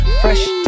fresh